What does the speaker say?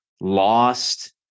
lost